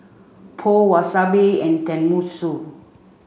Pho Wasabi and Tenmusu